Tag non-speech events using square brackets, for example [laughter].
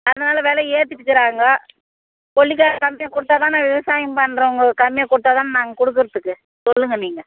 அதனால வில ஏத்திட்டு இருக்காங்கள் [unintelligible] கொடுத்தா தான விவசாயம் பண்ணுறவங்க கம்மியாக கொடுத்தா தானே நாங்கள் கொடுக்குறதுக்கு சொல்லுங்கள் நீங்கள்